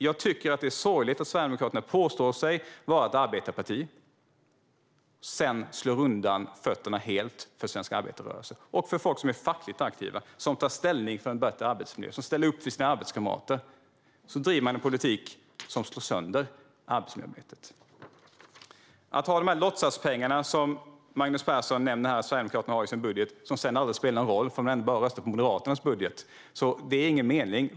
Jag tycker att det är sorgligt att Sverigedemokraterna påstår sig vara ett arbetarparti samtidigt som de slår undan fötterna helt för svensk arbetarrörelse, liksom för folk som är fackligt aktiva, tar ställning för en bättre arbetsmiljö och ställer upp för sina arbetskamrater. Man driver en politik som slår sönder arbetsmiljöarbetet. De pengar som Magnus Persson nämner att Sverigedemokraterna har i sin budget är bara låtsaspengar. De spelar ingen roll, för man röstar ändå på Moderaterna. Då är det ingen mening.